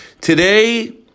Today